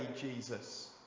Jesus